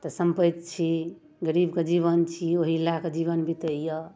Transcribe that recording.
तऽ सम्पति छी गरीबके जीवन छी ओही लए कऽ जीनन बितैय